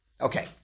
Okay